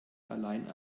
allein